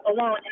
alone